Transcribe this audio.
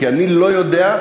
כי אני לא יודע,